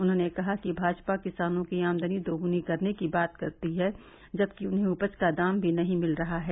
उन्होंने कहा कि भाजपा किसानों की आमदनी दोगुनी करने की बात कर रही है जबकि उन्हें उपज का दाम भी नही मिल पा रहा है